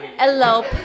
elope